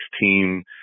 team